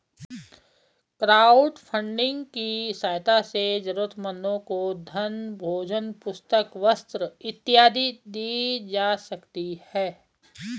crowdfunding की सहायता से जरूरतमंदों को धन भोजन पुस्तक वस्त्र इत्यादि दी जा सकती है